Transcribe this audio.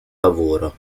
lavoro